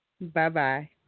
Bye-bye